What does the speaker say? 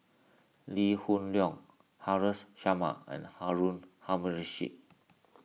Lee Hoon Leong Haresh Sharma and Harun Aminurrashid